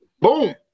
boom